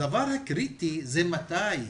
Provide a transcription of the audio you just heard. הדבר הקריטי הוא מתי.